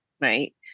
right